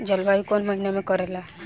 जलवायु कौन महीना में करेला?